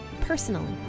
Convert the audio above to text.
personally